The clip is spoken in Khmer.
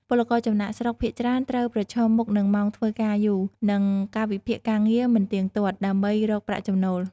ពលករចំណាកស្រុកភាគច្រើនត្រូវប្រឈមមុខនឹង ម៉ោងធ្វើការយូរ និងកាលវិភាគការងារមិនទៀងទាត់ ដើម្បីរកប្រាក់ចំណូល ។